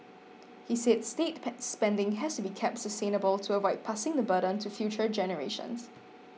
he said state spending has to be kept sustainable to avoid passing the burden to future generations